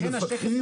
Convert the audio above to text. יש תקציב